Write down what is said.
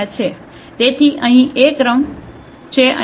તેથી અહીં r એ ક્રમ છે અને આ નલિટી n r છે